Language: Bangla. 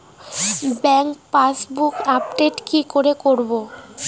ব্যাংক পাসবুক আপডেট কি করে করবো?